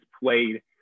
played